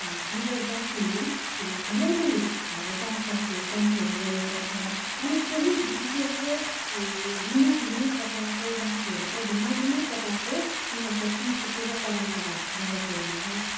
हाम्रो जातिमा धरै नै जात जाति जातिहरू रहेको छ अनि त्यही जातिहरूको भिन्न भिन्नै प्रकारको जातिहरूको भिन्ना भिन्नै प्रकारको उनीहरूको संस्कृति र परम्परा रहेको हुन्छ